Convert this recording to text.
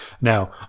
Now